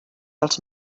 els